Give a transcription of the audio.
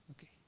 Okay